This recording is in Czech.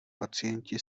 pacienti